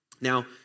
Now